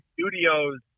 Studios